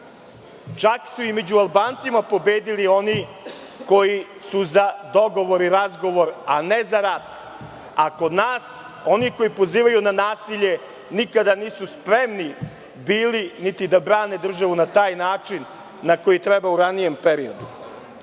Čak su i među Albancima pobedili oni koji su za dogovor i razgovor a ne za rat, a kod nas oni koji pozivaju na nasilje nikada nisu spremni bili niti da brane državu na taj način na koji trebalo u ranijem